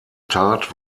tat